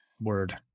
Word